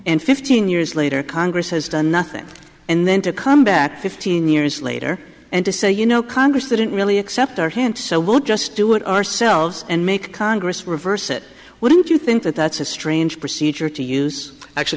and fifteen years later congress has done nothing and then to come back fifteen years later and to say you know congress didn't really accept our hand so we'll just do it ourselves and make congress reverse it wouldn't you think that that's a strange procedure to use